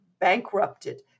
bankrupted